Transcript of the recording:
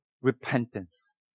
repentance